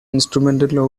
instrumental